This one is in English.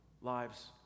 lives